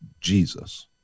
Jesus